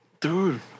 Dude